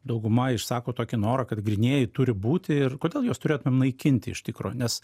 dauguma išsako tokį norą kad grynieji turi būti ir kodėl juos turėtumėm naikinti iš tikro nes